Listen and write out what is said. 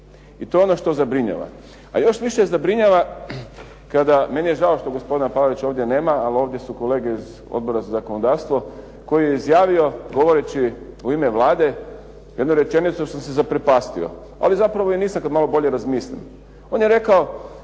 I to je ono što zabrinjava. A još više zabrinjava. Meni je žao što gospodina Palarića ovdje nema, ali ovdje su kolege iz Odbora za zakonodavstvo koji je izjavio govoreći u ime Vlade jednu rečenicu na koju sam se zaprepastio, ali zapravo i nisam kada malo bolje razmislim. On je rekao,